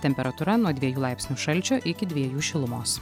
temperatūra nuo dviejų laipsnių šalčio iki dviejų šilumos